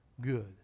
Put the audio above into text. good